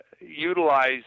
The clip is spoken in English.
utilize